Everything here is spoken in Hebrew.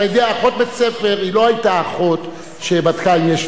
אחות בית-ספר לא היתה אחות שבדקה אם יש לי חום,